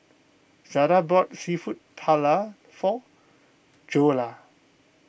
Zada bought Seafood Paella for Joella